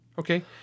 Okay